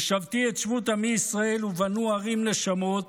ושבתי את שבות עמי ישראל ובנו ערים נשמות